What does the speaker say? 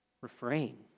refrain